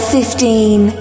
Fifteen